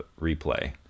replay